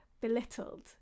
belittled